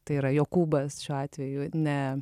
tai yra jokūbas šiuo atveju ne